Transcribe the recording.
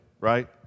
right